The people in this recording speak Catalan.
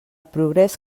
progrés